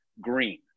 green